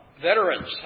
veterans